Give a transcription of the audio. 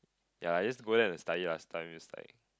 ya I just go there and study last time just like